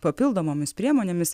papildomomis priemonėmis